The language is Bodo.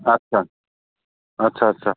आस्सा आस्सा आस्सा